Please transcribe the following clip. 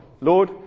Lord